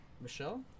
Michelle